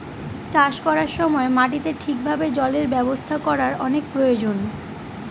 চাষ করার সময় মাটিতে ঠিক ভাবে জলের ব্যবস্থা করার অনেক প্রয়োজন